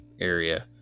area